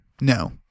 No